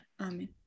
amen